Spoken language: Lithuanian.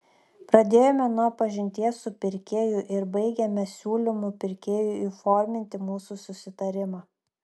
pradėjome nuo pažinties su pirkėju ir baigėme siūlymu pirkėjui įforminti mūsų susitarimą